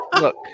Look